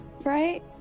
Right